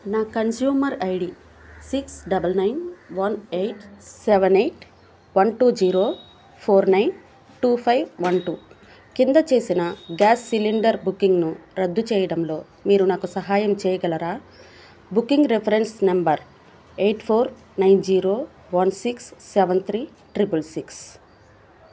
నా consumer ID six double nine one eight seven eight one two zero four nine two five one two కింద చేసిన gas cylinder బుకింగ్ను రద్దు చేయడంలో మీరు నాకు సహాయం చేయగలరా booking reference number eight four nine zero one six seven three triple six